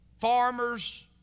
farmers